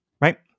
right